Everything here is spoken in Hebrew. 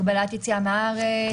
הגבלת יציאה מהארץ,